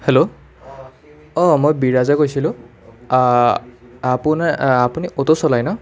hello অঁ মই বিৰাজে কৈছিলোঁ আপোনা আপুনি অ'টো চলায় ন